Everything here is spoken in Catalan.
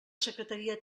secretaria